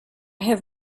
have